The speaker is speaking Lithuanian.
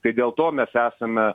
tai dėl to mes esame